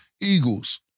Eagles